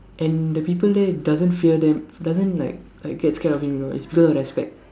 and the people there doesn't fear them doesn't like like get scared of him you know it's because of respect